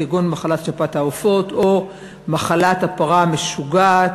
כגון מחלת שפעת העופות או מחלת הפרה המשוגעת,